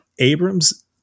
Abrams